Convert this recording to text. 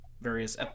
various